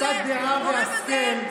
קצת דעה והשכל,